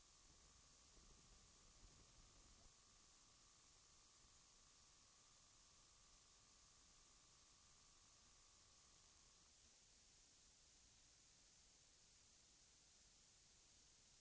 Och frukterna flyter understundom omkring på ovisshetens hav. Det gäller för lagstiftaren att göra det bästa av detta. Herr talman! Jag yrkar bifall till herr Oskarsons reservation.